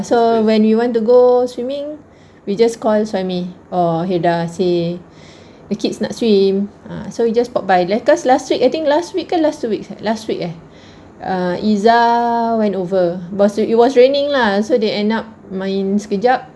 so when you want to go swimming we just call suhaimi or haidar say the kids nak swim ah so you just pop latest last week I think last week ke last two weeks last week eh err izzah went over but it was raining lah so they end up main sekejap